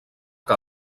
que